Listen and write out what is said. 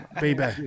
Baby